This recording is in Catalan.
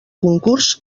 concurs